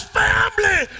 family